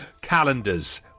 Calendars